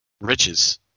riches